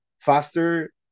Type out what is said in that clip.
faster